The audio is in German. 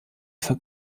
für